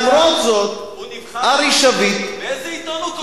ולמרות זאת, באיזה עיתון הוא כותב?